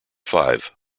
five